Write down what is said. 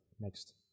next